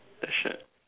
a shirt